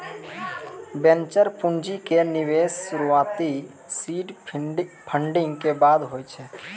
venture पूंजी के निवेश शुरुआती सीड फंडिंग के बादे होय छै